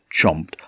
chomped